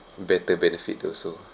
better benefit also